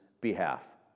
behalf